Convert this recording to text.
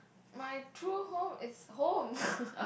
my true home is home